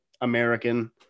American